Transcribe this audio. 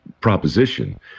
proposition